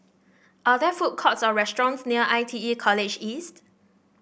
are there food courts or restaurants near I T E College East